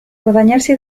guadagnarsi